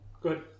Good